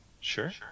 sure